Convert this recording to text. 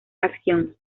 acción